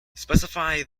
specify